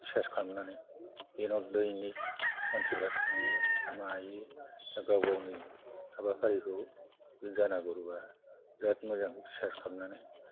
बिसास खालामनानै बेनाव दैनिक मानसिफ्रा थाङो मायो दा गाव गावनि हाबाफारिखौ जानागुरुआ बिराद मोजां बिसास खालामनानै